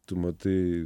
tu matai